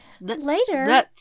Later